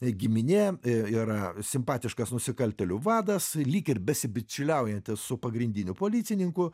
giminė yra simpatiškas nusikaltėlių vadas lyg ir besibičiuliaujantis su pagrindiniu policininku